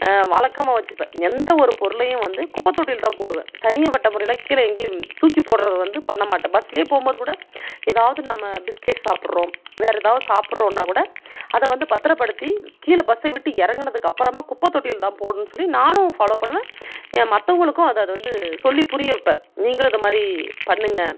வழக்கமாக வெச்சுப்பேன் எந்த ஒரு பொருளையும் வந்து குப்பை தொட்டியில்தான் போடுவேன் தனி பட்ட முறையில் கீழே எங்கையும் தூக்கி போடுறது வந்து பண்ண மாட்டேன் பஸ்லியே போகும்போது கூட ஏதாவது நம்ம பிஸ்கட் சாப்பிட்றோம் வேறு ஏதாவது சாப்பிட்றோன்னா கூட அதை வந்து பத்திரப்படுத்தி கீழே பஸ்ஸை விட்டு இறங்குனதுக்கப்புறமா குப்பை தொட்டியில்தான் போடணும்னு சொல்லி நான் ஃபாலோ பண்ணுவேன் ஏன் மற்றவங்களுக்கும் அதை அது வந்து சொல்லி புரிய வைப்பேன் நீங்களும் இதை மாதிரி பண்ணுங்க